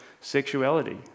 sexuality